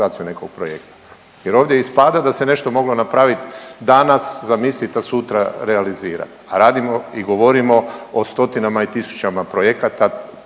nekog projekta? Jer ovdje ispada da se nešto moglo napraviti danas zamislit, a sutra realizirat, a radimo i govorimo o stotinama i tisućama projekata